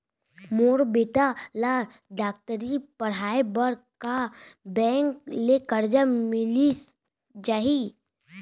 मोर बेटा ल डॉक्टरी पढ़ाये बर का बैंक ले करजा मिलिस जाही?